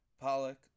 Pollock